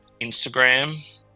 Instagram